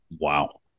Wow